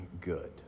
good